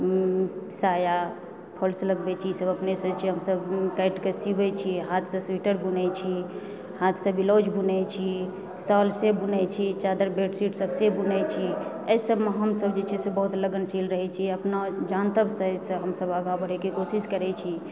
साया हमसभ अपनेसँ छी हमसब काटिकऽ सीबै छी हाथसे स्वेटर बुनै छी हाथसँ ब्लाउज बुनै छी साल से बुनै छी चादर बेडशीट सब से बुनै छी एहि सभमे हमसब जे छै से बहुत लगनशील रहै छी हमसब अपना जानतबसँ आगा बढ़ै कऽ कोशिश करै छी